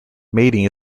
mating